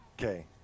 okay